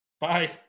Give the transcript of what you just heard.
Bye